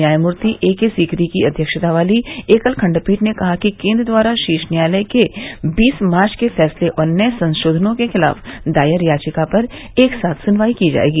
न्यायमूर्ति A K Sikri की अध्यक्षता वाली एकल खंडपीठ ने कहा कि केन्द्र द्वारा शीर्ष न्यायालय के बीस मार्च के फैसले और नये संशोधनों के खिलाफ दायर याचिका पर एक साथ सुनवाई की जायेगी